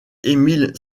émile